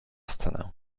scenę